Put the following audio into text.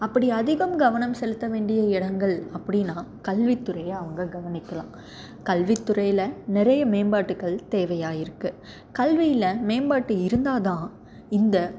அப்படி அதிகம் கவனம் செலுத்த வேண்டிய இடங்கள் அப்படின்னா கல்வி துறையை அவங்க கவனிக்கலாம் கல்வி துறையில் நிறைய மேம்பாட்டுக்கள் தேவையாக இருக்குது கல்வியில் மேம்பாட்டு இருந்தால் தான் இந்த